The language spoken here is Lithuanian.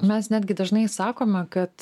mes netgi dažnai sakome kad